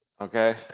Okay